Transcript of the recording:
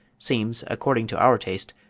seems, according to our taste,